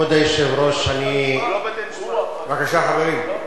בבקשה, חברים.